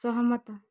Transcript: ସହମତ